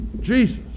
jesus